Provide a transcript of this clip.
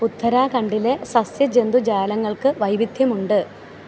ഉത്തരാഖണ്ഡിലെ സസ്യ ജന്തുജാലങ്ങൾക്ക് വൈവിധ്യമുണ്ട്